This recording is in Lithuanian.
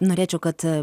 norėčiau kad